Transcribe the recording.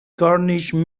carnegie